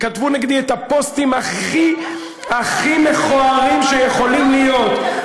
כתבו נגדי את הפוסטים הכי הכי מכוערים שיכולים להיות,